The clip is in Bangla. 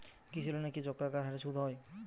কৃষি লোনের কি চক্রাকার হারে সুদ বাড়ে?